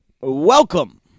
welcome